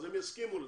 אז הם יסכימו לזה.